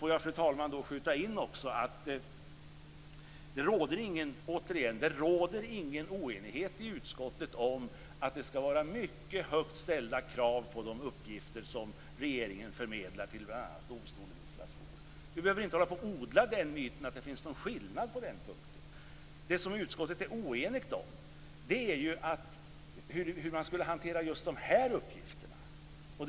Får jag, fru talman, skjuta in att det inte råder någon oenighet i utskottet om att det skall vara mycket högt ställda krav på de uppgifter som regeringen förmedlar till domstolen i Strasbourg. Vi behöver inte hålla på att odla den myten att det finns någon skillnad på den punkten. Det som utskottet är oenigt om är hur man skulle hantera just de här uppgifterna.